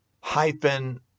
hyphen